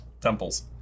temples